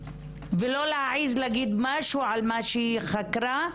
ולא להעז להגיד משהו על מה שהיא חקרה,